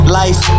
life